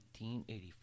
1884